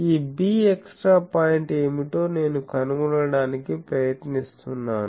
ఈ bextra point ఏమిటో నేను కనుగొనడానికి ప్రయత్నిస్తున్నాను